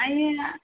आइए या